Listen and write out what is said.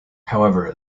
however